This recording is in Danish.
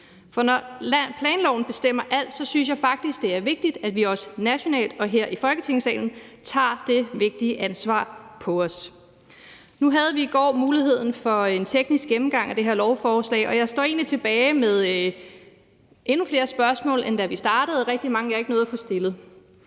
For når planloven bestemmer alt, synes jeg faktisk, det er vigtigt, at vi også nationalt og her i Folketingssalen tager det vigtige ansvar på os. Nu havde vi i går muligheden for en teknisk gennemgang af det her lovforslag, og jeg står egentlig tilbage med endnu flere spørgsmål, end da vi startede, og rigtig mange, jeg ikke har nået at få stillet.